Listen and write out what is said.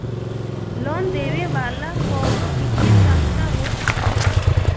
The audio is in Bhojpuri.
लोन देवे वाला कवनो वित्तीय संस्थान होत बाटे